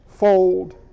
fold